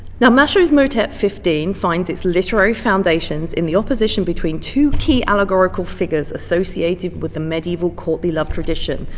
now machaut's motet fifteen finds its literary foundations in the opposition between two key allegorical figures associated with the medieval courtly love tradition.